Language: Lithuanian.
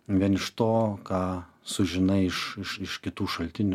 vien iš to ką sužinai iš iš kitų šaltinių